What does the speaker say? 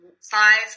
five